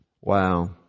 Wow